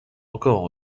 encore